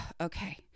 okay